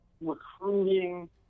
recruiting